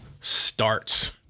starts